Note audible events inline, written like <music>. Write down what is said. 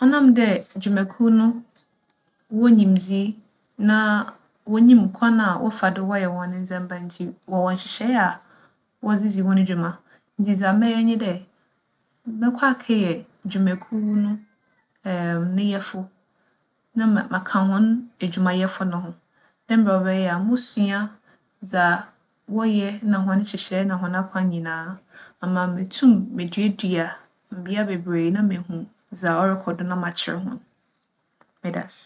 ͻnam dɛ dwumakuw no wͻ nyimdzee na wonyim kwan a wͻfa do wͻyɛ hͻn ndzɛmba ntsi wͻwͻ nhyehyɛɛ a wͻdze dzi hͻn dwuma. Ntsi dza mɛyɛ nye dɛ, mͻkͻ akɛyɛ dwumakuw no <hesitation> ne yɛfo na ma - maka hͻn edwumayɛfo no ho dɛ mbrɛ ͻbɛyɛ a mosua dza wͻyɛ na hͻn nhyehyɛɛ na hͻn akwan nyina, ama meetum meduadua ndua beberee na mehu dza ͻrokͻ do na makyerɛ hͻn. Meda ase.